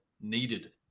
needed